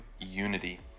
unity